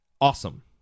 Awesome